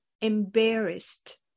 embarrassed